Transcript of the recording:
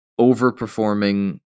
overperforming